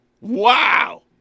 wow